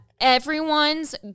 everyone's